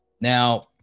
Now